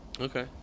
Okay